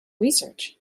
research